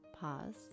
Pause